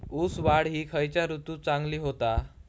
ऊस वाढ ही खयच्या ऋतूत चांगली होता?